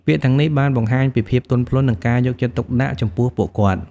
ពាក្យទាំងនេះបានបង្ហាញពីភាពទន់ភ្លន់ និងការយកចិត្តទុកដាក់ចំពោះពួកគាត់។